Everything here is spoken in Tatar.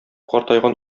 картайган